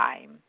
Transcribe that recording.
time